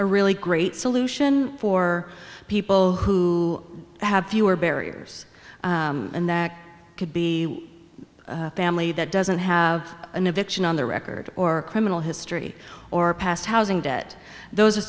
a really great solution for people who have fewer barriers and there could be a family that doesn't have an eviction on their record or criminal history or past housing debt those a